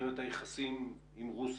במסגרת היחסים עם רוסיה.